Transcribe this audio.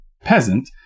peasant